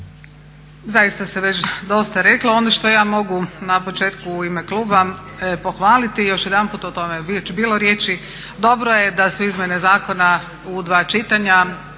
Zaista se već dosta reklo. Ono što ja mogu na početku u ime kluba pohvaliti i još jedanput o tome je već bilo riječi, dobro je da su izmjene zakona u dva čitanja.